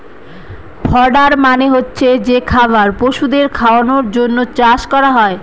fodder মানে হচ্ছে যে খাবার পশুদের খাওয়ানোর জন্য চাষ করা হয়